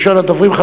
ראשון הדוברים,